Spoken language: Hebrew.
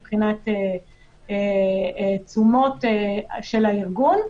מבחינת תשומות של הארגון.